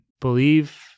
believe